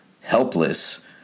helpless